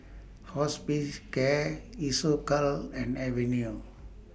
Hospicare Isocal and Avene